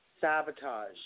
sabotage